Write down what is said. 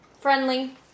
Friendly